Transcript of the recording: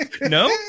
no